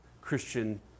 Christian